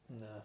No